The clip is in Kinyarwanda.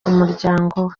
umuryango